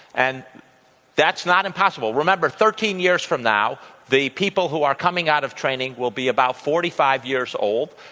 and that's not impossible. remember, thirteen years from now, the people who are coming out of training will be about forty five years old.